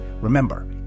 Remember